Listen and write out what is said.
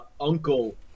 Uncle